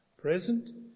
present